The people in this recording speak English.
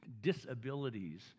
disabilities